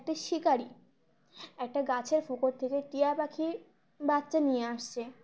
একটা শিকারি একটা গাছের ফোঁকর থেকে টিয়া পাখির বাচ্চা নিয়ে আসছে